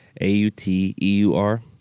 A-U-T-E-U-R